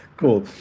Cool